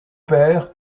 père